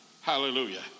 Hallelujah